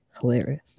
hilarious